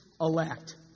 elect